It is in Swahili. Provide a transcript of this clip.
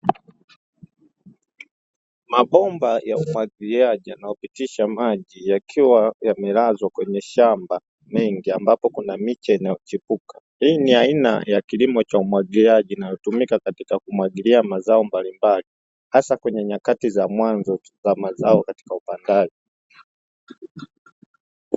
Mabomba ya umwagiliaji yanayopitisha maji yakiwa yamelazwa kwenye shamba mengi ambapo kuna miti inayochipuka, hii ni aina ya kilimo cha umwagiliaji kinachotumika katika kumwagilia mazao mbalimbali hasa katika nyakati za mwanzo za mazao katika upandaji.